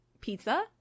Pizza